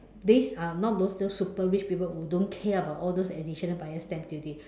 this uh now those those super rich people will don't care about all those additional buyer's stamp duty